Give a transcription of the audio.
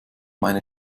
meine